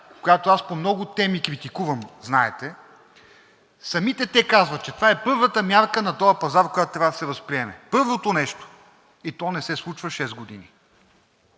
която аз по много теми критикувам, знаете, самите те казват, че това е първата мярка на този пазар, която трябва да се възприеме, първото нещо и то не се случва шест години.